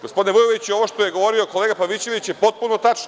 Gospodine Vujoviću, ovo što je govorio kolega Pavićević je potpuno tačno.